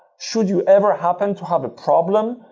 should you ever happen to have a problem,